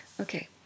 Okay